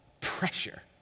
pressure